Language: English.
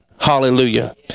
Hallelujah